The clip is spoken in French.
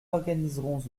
organiserons